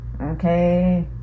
Okay